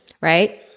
right